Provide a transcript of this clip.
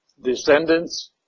Descendants